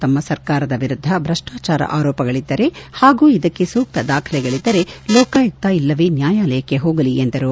ತಮ್ಮ ಮೇಲೆ ಮತ್ತು ತಮ್ಮ ಸರಕಾರದ ವಿರುದ್ದ ಭಪ್ಪಾಚಾರ ಆರೋಪಗಳದ್ದರೆ ಹಾಗೂ ಇದಕ್ಕೆ ಸೂಕ್ತ ದಾಖಲೆಗಳದ್ದರೆ ಲೋಕಾಯುಕ್ತ ಇಲ್ಲವೇ ನ್ಯಾಯಾಲಯಕ್ಕೆ ಹೋಗಲಿ ಎಂದರು